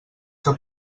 que